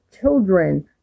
children